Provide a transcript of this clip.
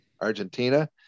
Argentina